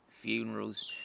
funerals